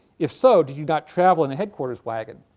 if so, did you not travel in a headquarters wagon?